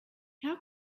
how